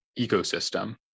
ecosystem